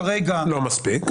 הכול בסדר.